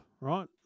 right